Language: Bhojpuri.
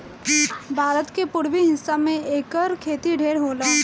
भारत के पुरबी हिस्सा में एकर खेती ढेर होला